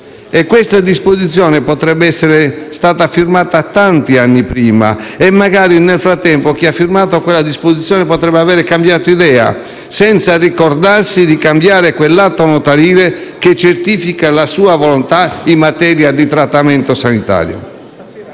Questa disposizione potrebbe essere stata firmata tanti anni prima e magari, nel frattempo, chi ha firmato quella disposizione potrebbe aver cambiato idea, senza ricordarsi però di cambiare quell'atto notarile che certifica la sua volontà in materia di trattamento sanitario.